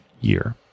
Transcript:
year